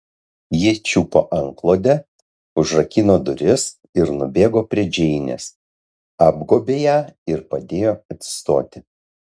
ji čiupo antklodę užrakino duris ir nubėgo prie džeinės apgobė ją ir padėjo atsistoti